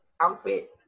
outfit